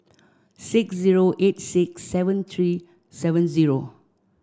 six zero eight six seven three seven zero